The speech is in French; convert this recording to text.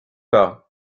pas